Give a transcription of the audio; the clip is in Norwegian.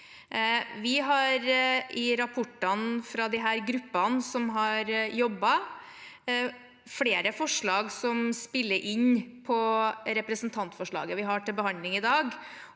I rapportene fra de gruppene som har jobbet, er det flere forslag som spiller inn på representantforslaget vi har til behandling i dag.